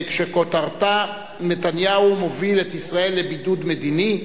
שכותרתה: נתניהו מוביל את ישראל לבידוד מדיני,